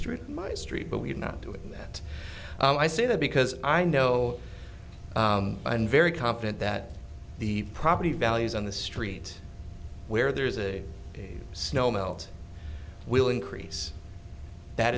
street my street but we did not do it that i say that because i know i'm very confident that the property values on the street where there's a snow melt will increase that